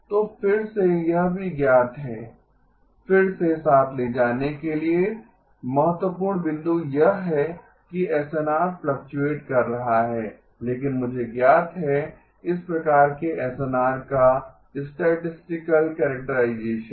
तो फिर से यह भी ज्ञात है फिर से साथ ले जाने के लिए महत्वपूर्ण बिंदु यह है कि एसएनआर फ्लक्टुएट कर रहा है लेकिन मुझे ज्ञात है इस प्रकार के एसएनआर का स्टैटिस्टिकल कैरेक्टराइजेशन